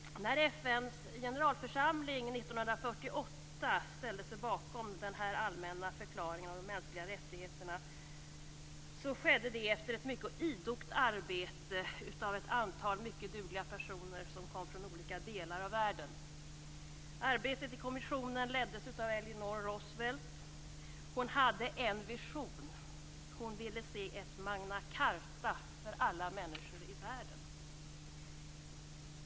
När FN:s generalförsamling 1948 ställde sig bakom den allmänna förklaringen av de mänskliga rättigheterna skedde det efter ett mycket idogt arbete av ett antal mycket dugliga personer som kom från olika delar av världen. Arbetet i kommissionen leddes av Eleanor Roosevelt. Hon hade en vision. Hon ville se ett magna charta för alla människor i världen.